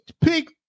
pick